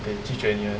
they 拒绝你 [one]